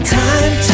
time